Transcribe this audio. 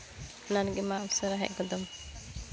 ᱚᱱᱟ ᱞᱟᱹᱜᱤᱫ ᱢᱟ ᱩᱥᱟᱹᱨᱟ ᱦᱮᱡ ᱜᱚᱫᱚᱜ ᱢᱮ